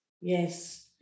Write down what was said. Yes